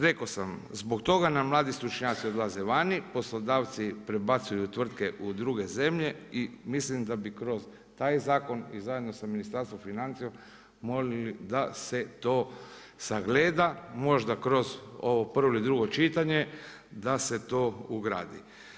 Rekao sam, zbog toga nam mladi stručnjaci odlaze vani, poslodavci prebacuju tvrtke u druge zemlje i mislim da bi kroz taj zakon i zajedno sa Ministarstvom financija molili da se to sagleda možda kroz ovo prvo ili drugo čitanje, da se to ugradi.